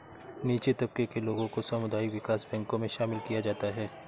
नीचे तबके के लोगों को सामुदायिक विकास बैंकों मे शामिल किया जाता है